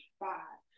five